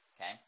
Okay